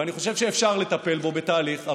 ואני חושב שאפשר לטפל בו בתהליך.